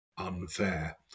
unfair